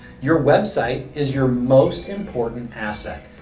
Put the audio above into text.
your website is your most important asset.